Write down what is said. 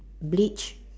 bleach